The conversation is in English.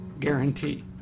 Guarantee